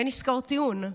ואין עסקאות טיעון.